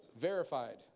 verified